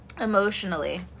emotionally